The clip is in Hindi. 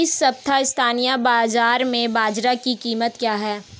इस सप्ताह स्थानीय बाज़ार में बाजरा की कीमत क्या है?